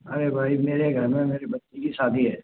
अरे भाई मेरे घर में मेरी बच्ची की शादी है